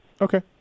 Okay